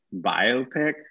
biopic